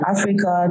Africa